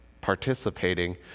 participating